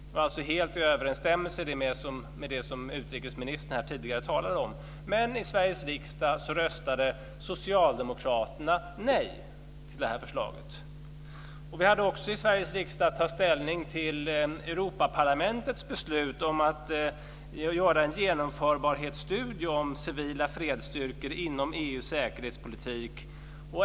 Det var alltså helt i överensstämmelse med det som utrikesministern här tidigare talade om. Men i Sveriges riksdag röstade socialdemokraterna nej till förslaget. Vi hade också i Sveriges riksdag att ta ställning till Europaparlamentets beslut om att göra en genomförbarhetsstudie om civila fredsstyrkor inom EU:s säkerhetspolitik.